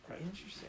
Interesting